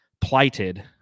plighted